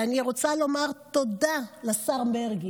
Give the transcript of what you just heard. ואני רוצה לומר תודה לשר מרגי,